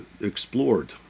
explored